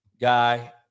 guy